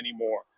anymore